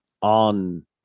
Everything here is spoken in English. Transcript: on